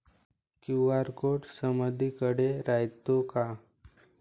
QR code समदीकडे रायतो का?